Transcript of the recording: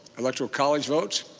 electoral college votes.